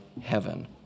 heaven